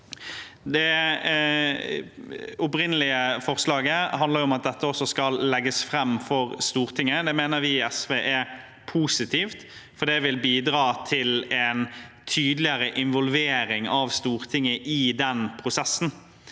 Det opprinnelige forslaget handler om at dette også skal legges fram for Stortinget. Det mener vi i SV er positivt, for det vil bidra til en tydeligere involvering av Stortinget i prosessen.